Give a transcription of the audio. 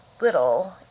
little